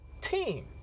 team